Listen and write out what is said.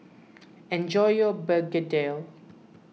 enjoy your Begedil